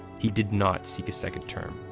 he did not seek a second term.